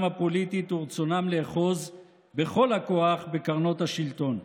הפוליטית ורצונם לאחוז בכל הכוח בקרנות השלטון.